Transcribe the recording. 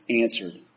answered